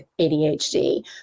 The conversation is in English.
ADHD